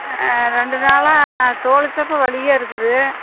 ரெண்டு நாளாக தோள் வலியாக இருக்குது